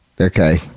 okay